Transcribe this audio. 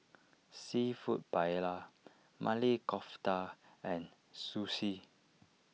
Seafood Paella Maili Kofta and Sushi